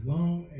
long